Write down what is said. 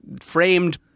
framed